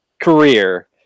career